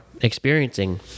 experiencing